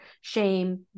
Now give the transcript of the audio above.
shame